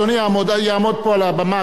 אדוני יעמוד פה על הבמה,